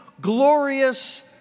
glorious